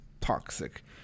toxic